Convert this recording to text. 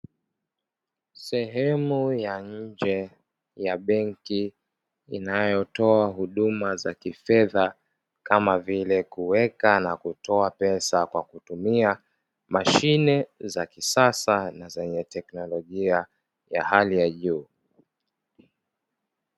Sehemu ya nje ya benki inayotoa huduma za kifedha, kama vile kuweka na kutoa pesa kwa kutumia mashine za kisasa na teknolojia ya hali ya juu.